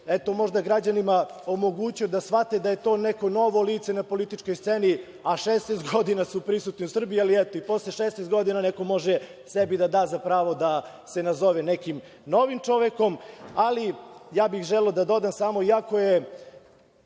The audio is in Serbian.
možda građanima omogućio da shvate da je to neko novo lice na političkoj sceni a 16 godina su prisutni u Srbiji. Ali, eto, i posle 16 godina neko može sebi da da za pravo da se nazove nekim novim čovekom. Iako je već dokazano u